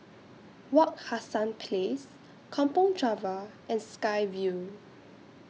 Wak Hassan Place Kampong Java and Sky Vue